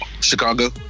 Chicago